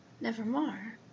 nevermore